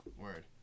Word